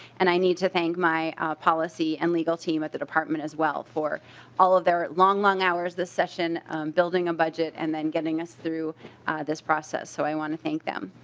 and i need to thank my policy and legal team of the department as well for all of their long long hours this session building a budget and getting us through this process. so i want to thank them.